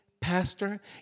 pastor